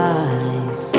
eyes